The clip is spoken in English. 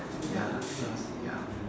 ya so ya